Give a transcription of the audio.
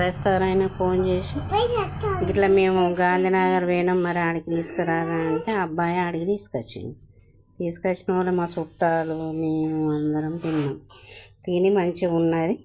restaurant ఆయనకు phone చేసి ఇలామేము గాంధీ నగర్ పోయాము మరి అక్కడకి తీసుకురాావాలి అంటే అబ్బాయి అక్కడకి తీసుకొచ్చి తీసుకొచ్చిన వాళ్ళు మా చుట్టాలు మేము అందరం తిన్నాము తిని మంచిగా ఉందని